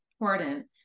important